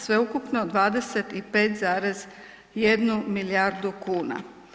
Sveukupno 25,1 milijardu kuna.